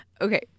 Okay